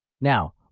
Now